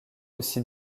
aussi